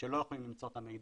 שלא יכולים למצוא את המידע,